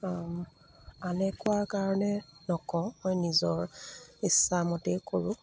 আনে কোৱা কাৰণে নকওঁ মই নিজৰ ইচ্ছামতেই কৰো